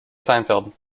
seinfeld